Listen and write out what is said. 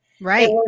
right